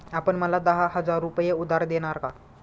आपण मला दहा हजार रुपये उधार देणार का?